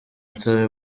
nsaba